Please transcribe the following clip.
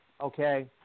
okay